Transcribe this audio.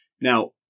now